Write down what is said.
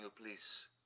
Please